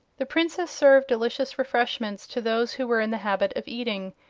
the princess served delicious refreshments to those who were in the habit of eating,